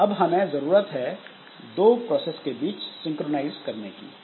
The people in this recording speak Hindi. अब हमें जरूरत है दो प्रोसेस के बीच सिंक्रोनाइज करने की